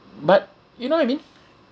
but you know what I mean